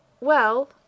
Well